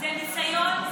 זה ניסיון,